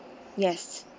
yes